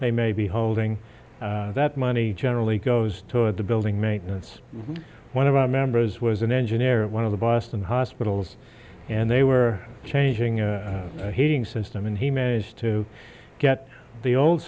they may be holding that money generally goes toward the building maintenance one of our members was an engineer one of the boston hospitals and they were changing a heating system and he managed to get the old